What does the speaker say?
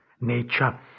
nature